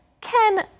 Ken